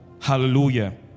Hallelujah